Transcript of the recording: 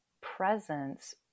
presence